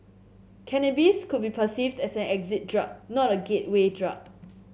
cannabis could be perceived as an exit drug not a gateway drug